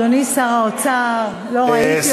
אדוני שר האוצר, לא ראיתי אותך.